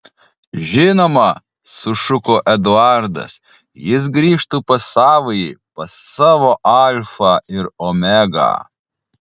žinoma sušuko eduardas jis grįžtų pas savąjį pas savo alfą ir omegą